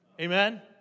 Amen